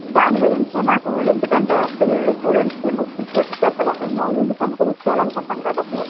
దాని గురించి మాకు ఎందుకంటే పిల్లలు స్టూడెంట్స్కి బుక్స్ ఇచ్చేటప్పుడు మేము యూనిఫామ్ కూడా ఇవ్వాలనుకుంటాం కాబట్టి